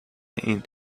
این